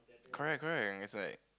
correct correct is like